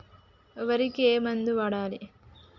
వరికి ఏ మందు వాడాలి?